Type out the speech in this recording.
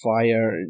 fire